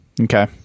Okay